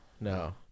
no